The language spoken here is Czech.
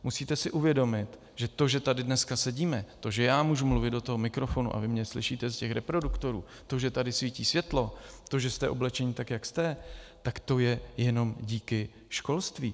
Musíte si uvědomit, že to, že tady dneska sedíme, to, že já můžu mluvit do toho mikrofonu a vy mě slyšíte z reproduktorů, to, že tady svítí světlo, to, že jste oblečeni tak, jak jste, tak to je jenom díky školství.